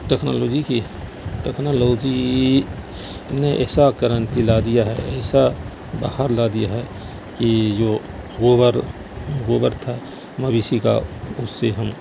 technology کی technology نے ایسا کرانتی لا دیا ہے ایسا بہار لا دیا ہے کہ جو گوبر گوبر تھا مویشی کا اس سے ہم